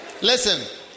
Listen